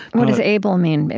what does able mean?